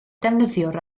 defnyddiwr